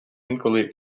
інколи